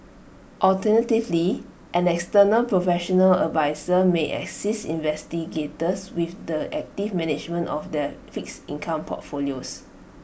alternatively an external professional adviser may assist investigators with the active management of their fixed income portfolios